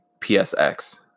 PSX